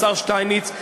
השר שטייניץ.